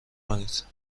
کنید